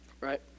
right